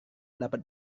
dapat